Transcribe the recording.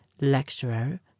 Lecturer